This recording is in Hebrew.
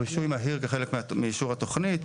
רישוי מהיר כחלק מאישור התכנית.